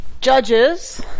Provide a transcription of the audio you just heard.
judges